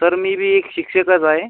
sir मी बी एक शिक्षकच आहे